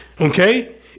okay